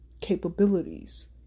capabilities